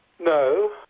No